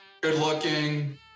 good-looking